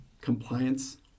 compliance